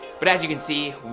but as you can see,